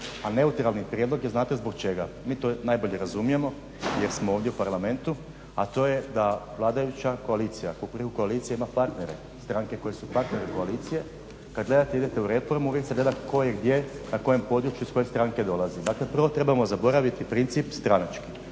A neutralni prijedlog je znate zbog čega, mi to najbolje razumijemo jer smo ovdje u parlamentu, a to je da vladajuća Kukuriku koalicija ima partnere, stranke koje su partneri koalicije, kad gledate idete u reformu, uvijek se gleda tko je gdje, na kojem području, iz koje stranke dolazi. Dakle prvo trebamo zaboraviti princip stranački